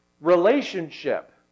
Relationship